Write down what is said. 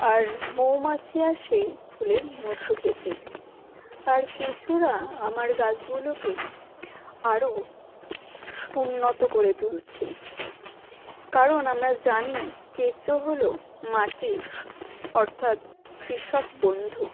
আর মৌমাছি আসে ফুলের মধু খেতে আর কেঁচোরা আমার গাছগুলোকে আরও উন্নত করে তুলছে কারণ আমরা জানি কেঁচো হলো মাটির অর্থাৎ কৃষক বন্ধু